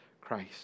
Christ